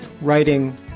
writing